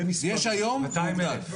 יש היום והוא הוגדל.